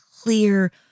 clear